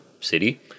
city